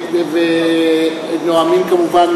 ונואמים כמובן